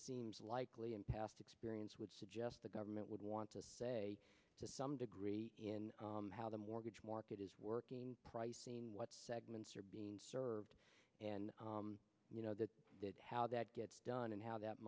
seems likely in past experience would suggest the government would want to say to some degree in how the mortgage market is working pricing what segments are being served and you know that how that gets done and how that